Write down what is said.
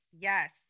Yes